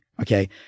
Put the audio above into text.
Okay